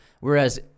Whereas